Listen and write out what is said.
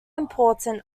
important